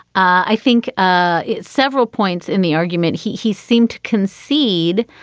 i think ah it's several points in the argument. he he seemed to concede.